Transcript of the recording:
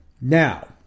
Now